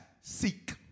Seek